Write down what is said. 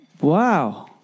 Wow